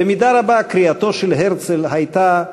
במידה רבה קריאתו של הרצל הייתה: